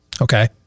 Okay